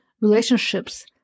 relationships